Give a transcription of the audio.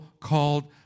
called